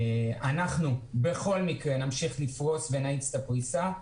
אנחנו בכל מקרה נמשיך לפרוס ונאיץ את הפריסה.